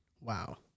Wow